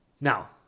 Now